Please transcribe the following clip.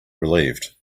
relieved